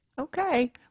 Okay